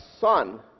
son